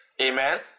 Amen